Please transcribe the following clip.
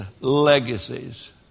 legacies